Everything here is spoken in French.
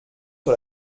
sur